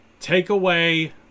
Takeaway